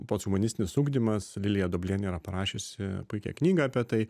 posthumanistinis ugdymas lilija duoblienė yra parašiusi puikią knygą apie tai